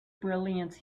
brilliance